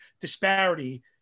disparity